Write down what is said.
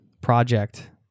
project